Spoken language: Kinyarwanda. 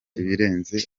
ibirenze